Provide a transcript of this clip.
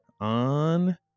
on